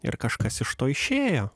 ir kažkas iš to išėjo